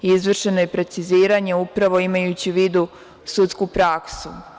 Izvršeno je preciziranje upravo imajući u vidu sudsku praksu.